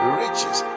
riches